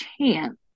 chance